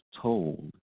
told